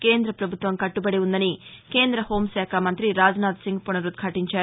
కేంద వభుత్వం కట్టుబడి ఉందని కేందర హోంశాఖ మంతి రాజ్ నాధ్ సింగ్ పునరుద్ఘించారు